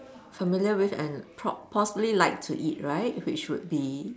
familiar with and prob~ possibly like to eat right which would be